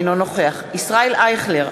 אינו נוכח ישראל אייכלר,